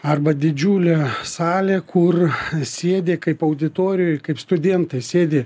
arba didžiulę salę kur sėdi kaip auditorijoj ir kaip studentai sėdi